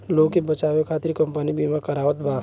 लोग के बचावे खतिर कम्पनी बिमा करावत बा